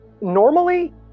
Normally